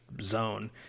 zone